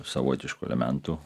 savotiškų elementų